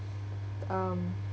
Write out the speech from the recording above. um